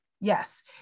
Yes